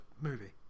movie